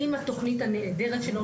עם התכנית הנהדרת שלו,